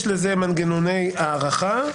יש לזה מנגנוני הארכה,